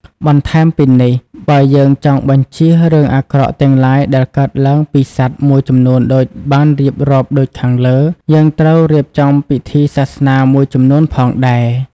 បន្ថែមពីនេះ បើយើងចង់បញ្ចៀសរឿងអាក្រក់ទាំងឡាញដែលកើតឡើងពីសត្វមួយចំនួនដូចបានរៀបរាប់ដូចខាងលើ យើងត្រូវរៀបចំពិធីសាសនាមួយចំនួនផងដែរ។